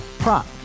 Prop